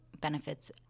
benefits